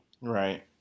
Right